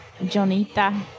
Jonita